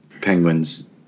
Penguins